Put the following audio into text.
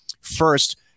first